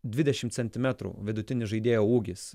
dvidešimt centimetrų vidutinis žaidėjo ūgis